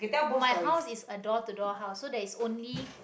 my house is a door to door house so there's only